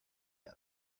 yet